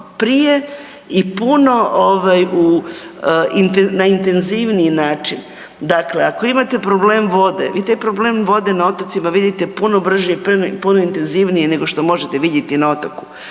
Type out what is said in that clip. u na intenzivniji način. Dakle, ako imate problem vode vi taj problem vode na otocima vidite puno brže i puno intenzivnije nego što možete vidjeti na otoku,